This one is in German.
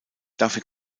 dafür